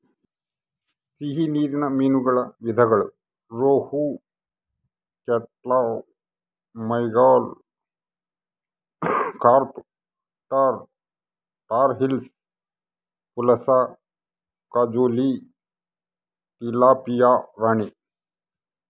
ಸಿಹಿ ನೀರಿನ ಮೀನುಗಳ ವಿಧಗಳು rohu, catla, mrigal, carp tor, tor hilsa, ಪುಲಸ, ಕಾಜುಲಿ, ಟಿಲಾಪಿಯಾ ರಾಣಿ